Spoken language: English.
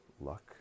luck